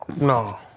No